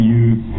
use